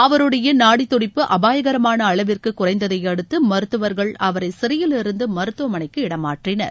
அவருடைய நாடித்துடிப்பு அபாயகரமான அளவிற்கு குறைந்ததையடுத்து மருத்துவர்கள் அவரை சிறையிலிருந்து மருத்துவமனைக்கு இடம் மாற்றினர்